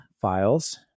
files